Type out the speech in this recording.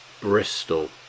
Bristol